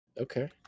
Okay